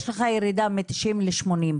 יש לך ירידה מ-90 ל-80.